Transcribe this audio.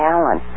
Alan